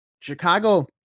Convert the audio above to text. Chicago